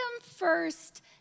first